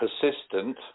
persistent